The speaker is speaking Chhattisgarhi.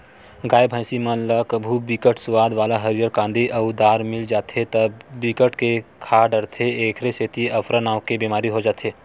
गाय, भइसी मन ल कभू बिकट सुवाद वाला हरियर कांदी अउ दार मिल जाथे त बिकट के खा डारथे एखरे सेती अफरा नांव के बेमारी हो जाथे